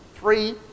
three